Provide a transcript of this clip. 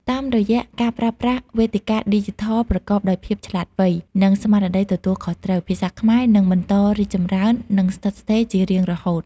តាមរយៈការប្រើប្រាស់វេទិកាឌីជីថលប្រកបដោយភាពឆ្លាតវៃ និងស្មារតីទទួលខុសត្រូវ ភាសាខ្មែរនឹងបន្តរីកចម្រើន និងស្ថិតស្ថេរជារៀងរហូត។